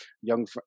young